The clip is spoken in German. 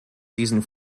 diesen